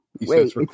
wait